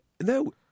no